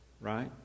right